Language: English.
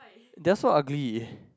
that so ugly